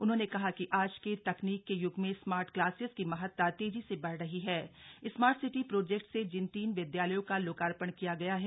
उन्होंने कहा कि आज के तकनीक के युग में स्मार्ट क्लासेज की महत्ता तेजी से बढ़ रही है स्मार्ट सिटी प्रोजेक्ट से जिन तीन विद्यालयों का लोकार्पण किया गया है